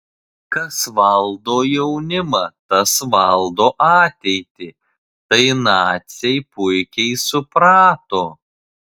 kas valdo jaunimą tas valdo ateitį tai naciai puikiai suprato